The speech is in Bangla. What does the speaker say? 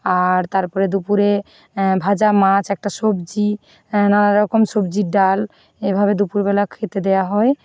আর তারপরে দুপুরে ভাজা মাছ একটা সব্জি নানা রকম সব্জির ডাল এভাবে দুপুরবেলা খেতে দেওয়া হয়